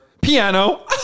piano